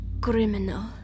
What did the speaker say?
Criminal